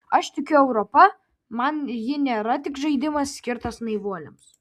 aš tikiu europa man ji nėra tik žaidimas skirtas naivuoliams